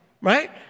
Right